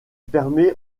permet